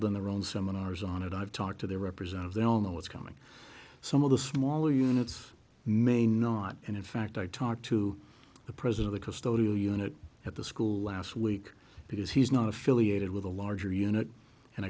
done their own seminars on it i've talked to their representatives they all know what's coming some of the smaller units may not and in fact i talked to the president of custodial unit at the school last week because he's not affiliated with a larger unit and